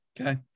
Okay